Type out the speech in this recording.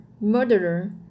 murderer